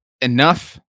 enough